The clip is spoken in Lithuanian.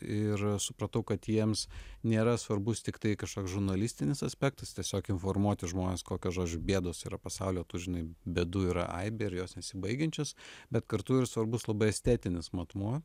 ir supratau kad jiems nėra svarbus tiktai kažkoks žurnalistinis aspektas tiesiog informuoti žmones kokios žodžiu bėdos yra pasaulio tu žinai bėdų yra aibė ir jos nesibaigiančios bet kartu ir svarbus labai estetinis matmuo